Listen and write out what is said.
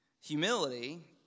Humility